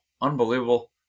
Unbelievable